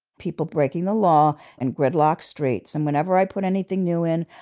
people breaking the law and gridlock streets. and whenever i put anything new in,